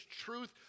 truth